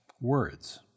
words